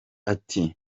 ati